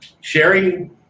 sharing